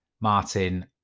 Martin